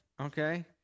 okay